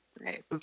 Right